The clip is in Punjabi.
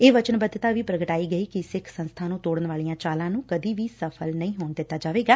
ਇਹ ਵਚਨਬੱਧਤਾ ਵੀ ਪ੍ਰਗਟਾਈ ਗਈ ਕਿ ਸਿੱਖ ਸੰਸਬਾ ਨੂੰ ਤੋੜਣ ਵਾਲੀਆਂ ਚਾਲਾਂ ਨੂੰ ਕਦੀ ਵੀ ਸਫ਼ਲ ਨਹੀਂ ਹੋਣ ਦਿੱਤਾ ਜਾਵੇਗਾ